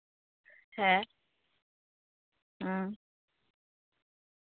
ᱦᱮᱸ